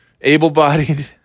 able-bodied